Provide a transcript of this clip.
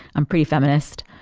i'm pretty feminist.